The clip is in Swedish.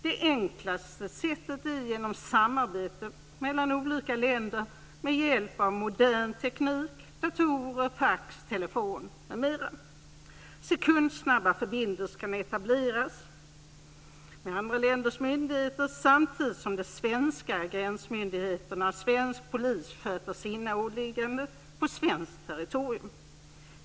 Det enklaste sättet är samarbete mellan olika länder med hjälp av modern teknik - datorer, fax, telefon m.m. Sekundsnabba förbindelser kan etableras med andra länders myndigheter samtidigt som de svenska gränsmyndigheterna och svensk polis sköter sina åligganden på svenskt territorium.